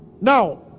Now